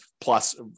plus